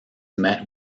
met